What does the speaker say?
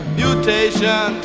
mutation